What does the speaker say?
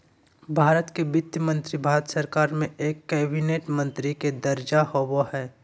भारत के वित्त मंत्री भारत सरकार में एक कैबिनेट मंत्री के दर्जा होबो हइ